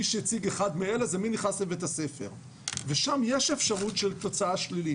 מי שהציג אחד מאלה זה מי נכנס לבית הספר ושם יש אפשרות של תוצאה שלילית.